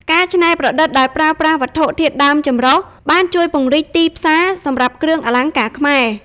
ការច្នៃប្រឌិតដោយប្រើប្រាស់វត្ថុធាតុដើមចម្រុះ បានជួយ ពង្រីកទីផ្សារ សម្រាប់គ្រឿងអលង្ការខ្មែរ។